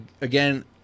again